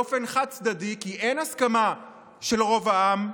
באופן חד-צדדי כי אין הסכמה של רוב העם,